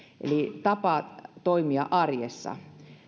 eli tapana toimia arjessa